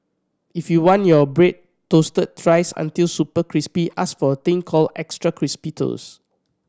if you want your bread toasted thrice until super crispy ask for a thing called extra crispy toast